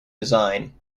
design